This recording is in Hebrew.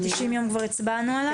90 יום כבר הצבענו עליו?